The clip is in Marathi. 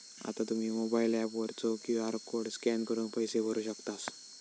आता तुम्ही मोबाइल ऍप वरचो क्यू.आर कोड स्कॅन करून पैसे भरू शकतास